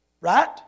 Right